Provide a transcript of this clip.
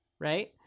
right